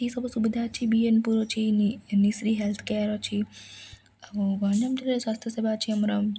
ଏଇସବୁ ସୁବିଧା ଅଛି ବିଏନ୍ପୁର ଅଛି ହେଲଥ୍ କେୟାର ଅଛି ଆଉ ଗଞ୍ଜାମ ଜିଲ୍ଲାରେ ସ୍ୱାସ୍ଥ୍ୟ ସେବା ଅଛି ଆମର